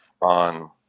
on